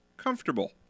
Comfortable